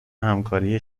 همکاری